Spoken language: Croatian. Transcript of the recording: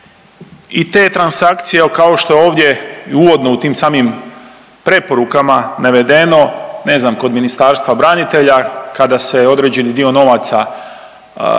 i te transakcije, kao što je ovdje i uvodno u tim samim preporukama navedeno, ne znam, kod Ministarstva branitelja, kada se određeni dio novaca trebao,